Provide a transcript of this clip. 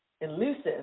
Elusive